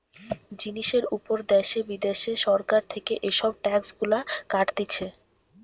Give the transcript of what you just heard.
জিনিসের উপর দ্যাশে বিদ্যাশে সরকার থেকে এসব ট্যাক্স গুলা কাটতিছে